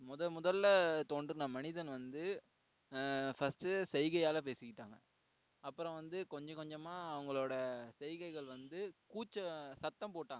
முதல் முதலில் தோன்றின மனிதன் வந்து ஃபஸ்ட்டு சைய்கையால பேசிக்கிட்டாங்க அப்புறம் வந்து கொஞ்சம் கொஞ்சமாக அவங்களோட சைய்கைகள் வந்து கூச்சல் சத்தம் போட்டாங்க